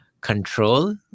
control